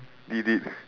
we did